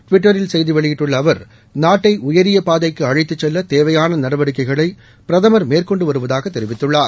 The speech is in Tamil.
டுவிட்டரில் செய்தி வெளியிட்டுள்ள அவர் நாட்டை உயரிய பாதைக்கு அழைத்துச் செல்ல தேவையான நடவடிக்கைகளை பிரதமர் மேற்கொண்டு வருவதாக தெரிவித்துள்ளார்